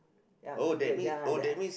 ya two girls ya the